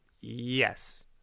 yes